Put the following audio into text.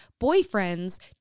boyfriends